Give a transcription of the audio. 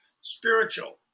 spiritual